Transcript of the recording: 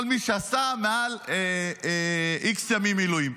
כל מי שעשה מעל x ימים מילואים,